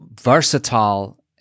versatile